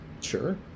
sure